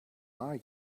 are